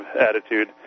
attitude